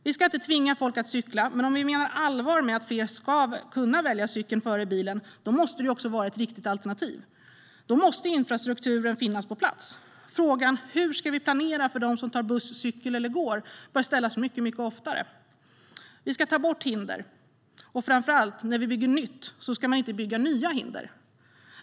Vi ska inte tvinga folk att cykla, men om vi menar allvar med att man ska kunna välja cykel före bil måste cykeln ju också vara ett riktigt alternativ. Då måste infrastrukturen finnas på plats. Frågan om hur vi ska planera för dem som tar buss, cyklar eller går bör ställas mycket oftare. Vi ska ta bort hinder och framför allt ska man inte bygga nya hinder när det byggs nytt.